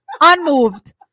Unmoved